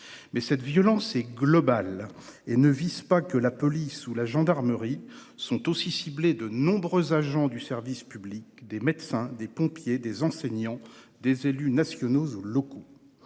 que cette violence est globale et ne vise pas que la police ou la gendarmerie. Sont aussi ciblés de nombreux agents du service public- des médecins, des pompiers, des enseignants, des élus nationaux ou locaux.